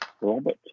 Robert